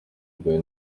bwawe